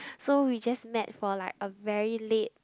so we just met for like a very late